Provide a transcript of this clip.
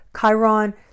Chiron